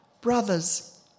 brothers